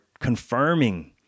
confirming